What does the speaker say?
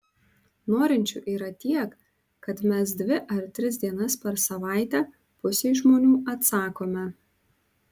norinčių yra tiek kad mes dvi ar tris dienas per savaitę pusei žmonių atsakome